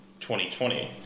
2020